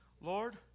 Lord